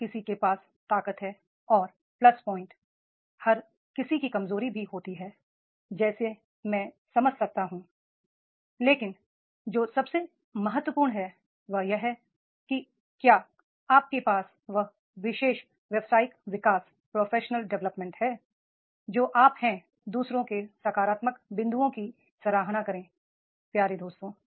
हर किसी के पास ताकत है और प्लस पॉइंट्स हर किसी की कमजोरी भी होती है जिसे मैं समझता हूं लेकिन जो सबसे महत्वपूर्ण है वह यह है कि क्या आपके पास वह विशेष व्यावसायिक विकास है जो आप हैं दू सरों के सकारात्मक बिं दुओं की सराहना करें प्यारे दोस्तों